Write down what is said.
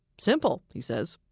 simple, he says,